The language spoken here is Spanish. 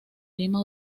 lima